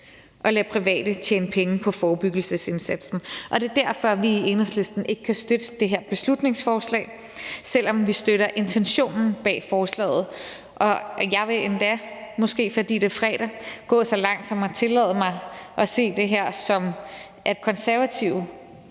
at lade private tjene penge på forebyggelsesindsatsen, og det er derfor, vi i Enhedslisten ikke kan støtte det her beslutningsforslag, selv om vi støtter intentionen bag forslaget. Jeg vil endda, måske fordi det er fredag, gå så langt som til at tillade mig at se det her, som at Konservative